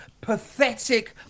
pathetic